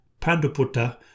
Panduputta